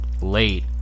late